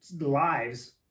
lives